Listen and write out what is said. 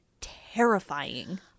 terrifying